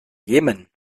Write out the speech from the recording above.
jemen